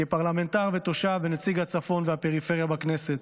כפרלמנטר ותושב ונציג הצפון והפריפריה בכנסת,